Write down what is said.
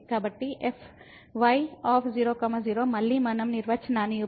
fy0 0 మళ్ళీ మనం నిర్వచనాన్ని ఉపయోగించాలి